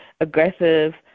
aggressive